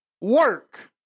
work